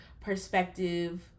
perspective